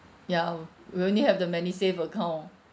ya we only have the MediSave account